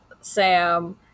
Sam